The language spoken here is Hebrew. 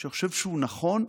שאני חושב שהוא נכון,